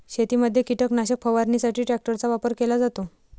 शेतीमध्ये कीटकनाशक फवारणीसाठी ट्रॅक्टरचा वापर केला जातो